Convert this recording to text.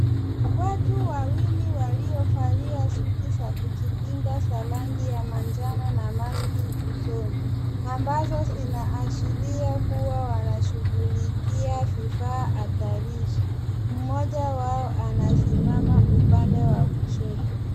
Watu wawili waliovalia suti za kujikinga za rangi ya manjano na maski usoni, ambazo zinaashiria kuwa wanashughulikia vifaa hatarishi. Mmoja wao anasimama upande wa kushoto.